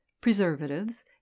preservatives